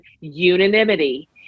unanimity